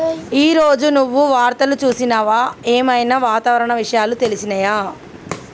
ఈ రోజు నువ్వు వార్తలు చూసినవా? ఏం ఐనా వాతావరణ విషయాలు తెలిసినయా?